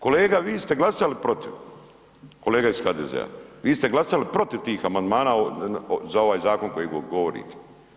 Kolega, vi ste glasali protiv, kolega iz HDZ-a vi ste glasali protiv tih amandmana za ovaj zakon koji govorite.